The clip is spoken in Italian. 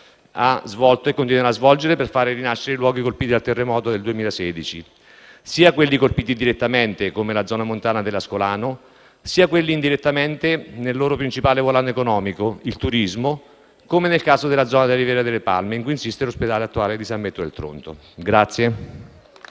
ha svolto e continuerà a svolgere per far rinascere i luoghi colpiti dal terremoto del 2016, sia quelli colpiti direttamente, come la zona montana dell'Ascolano, sia quelli colpiti indirettamente nel loro principale volano economico, il turismo, come nel caso della zona della Riviera delle Palme in cui insiste l'attuale ospedale di San Benedetto del Tronto.